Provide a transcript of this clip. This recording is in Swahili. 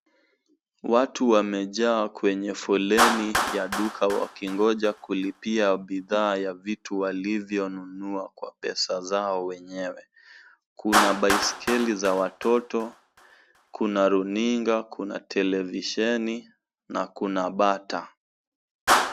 Watu wamejaa kwenye foleni ya duka wakingija kulipia bidhaa ya vitu walivyonunua kwa pesa zao wenyewe. Kuna baiskeli za watoto, kuna runinga, kuna televisheni na kuna bata.